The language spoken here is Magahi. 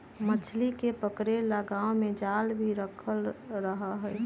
मछली के पकड़े ला गांव में जाल भी रखल रहा हई